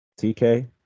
TK